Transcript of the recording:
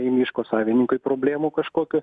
nei miško savininkui problemų kažkokių